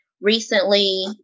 recently